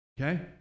okay